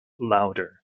lauder